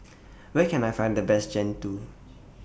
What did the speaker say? Where Can I Find The Best Jian Dui